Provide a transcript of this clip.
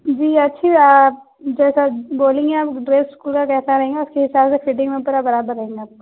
جی اچھی آپ جیسا بولیں گے آپ ڈریس ویسا رہیں گا اسی حساب سے فٹنگ میں پورا برابر رہیں گا آپ کو